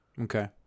okay